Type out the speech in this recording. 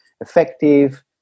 effective